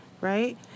right